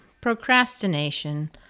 procrastination